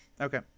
Okay